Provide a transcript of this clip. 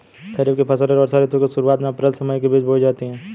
खरीफ की फसलें वर्षा ऋतु की शुरुआत में अप्रैल से मई के बीच बोई जाती हैं